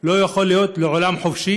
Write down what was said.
לא יוכל להיות לעולם חופשי.